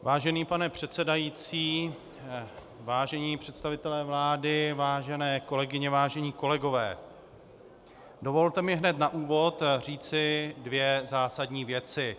Vážený pane předsedající, vážení představitelé vlády, vážené kolegyně, vážení kolegové, dovolte mi hned na úvod říci dvě zásadní věci.